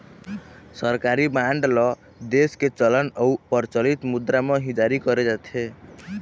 सरकारी बांड ल देश के चलन अउ परचलित मुद्रा म ही जारी करे जाथे